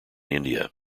india